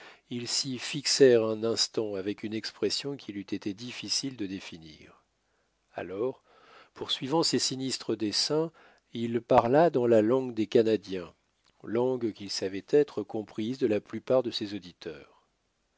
ils s'y fixèrent un instant avec une expression qu'il eût été difficile de définir alors poursuivant ses sinistres desseins il parla dans la langue des canadiens langue qu'il savait être comprise de la plupart de ses auditeurs